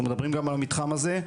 אנחנו מדברים גם על המתחם הזה.